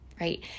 right